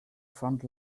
front